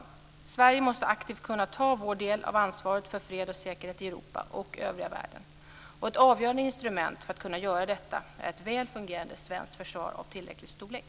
Vi i Sverige måste aktivt kunna ta vår del av ansvaret för fred och säkerhet i Europa och i övriga världen. Ett avgörande instrument för att göra detta är ett väl fungerande svenskt försvar av tillräcklig storlek.